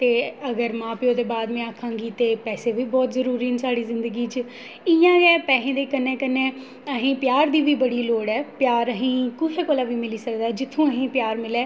ते अगर मां प्यो दे बाद में आक्खां कि ते पैसे बी बहुत जरूरी न साढ़ी जिदगी च इ'यां गै पैसे दे कन्नै कन्नै असें ई प्यार दी बी बड़ी लोड़ ऐ प्यार असें ई कुसै कोला बी मिली सकदा ऐ जित्थूं असें ई प्यार मिलै